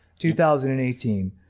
2018